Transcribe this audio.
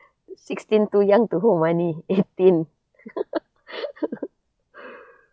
sixteen too young to hold money eighteen